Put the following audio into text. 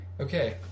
Okay